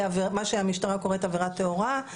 מה שהמשטרה קוראת עבירה טהורה,